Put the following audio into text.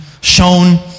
shown